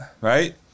Right